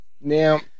Now